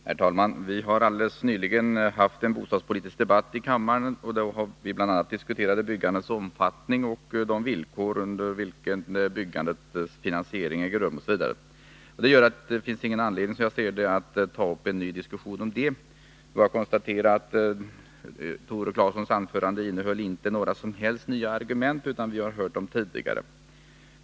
Herr talman! Vi har alldeles nyligen haft en bostadspolitisk debatt i kammaren, där vi diskuterat byggandets omfattning och de villkor under vilka byggandets finansiering äger rum osv. Detta gör att det inte finns någon anledning att ta upp en ny diskussion om detta. Jag vill bara konstatera att Tore Claesons anförande inte innehöll några som helst nya argument. Vi har hört argumenten tidigare.